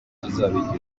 kizaba